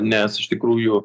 nes iš tikrųjų